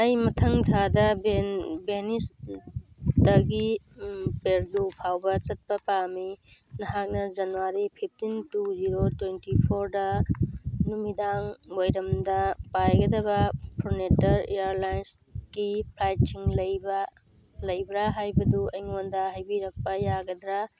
ꯑꯩ ꯃꯊꯪ ꯊꯥꯗ ꯚꯦꯅꯤꯁꯇꯒꯤ ꯄꯦꯔꯨ ꯐꯥꯎꯕ ꯆꯠꯄ ꯄꯥꯝꯃꯤ ꯅꯍꯥꯛꯅ January fifteen two zero twenty ꯐꯣꯔꯗ ꯅꯨꯃꯤꯗꯥꯡ ꯋꯥꯏꯔꯝꯗ ꯄꯥꯏꯒꯗꯕ ꯐ꯭ꯔꯨꯅꯦꯇꯔ ꯏꯌꯔꯂꯥꯏꯟꯁꯀꯤ ꯐ꯭ꯂꯥꯏꯠꯁꯤꯡ ꯂꯩꯕ ꯂꯩꯕ꯭ꯔ ꯍꯥꯏꯕꯗꯨ ꯑꯩꯉꯣꯟꯗ ꯍꯥꯏꯕꯤꯔꯛꯄ ꯌꯥꯒꯗ꯭ꯔ